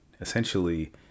essentially